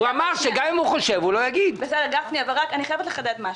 גפני, אני חייבת לחדד משהו.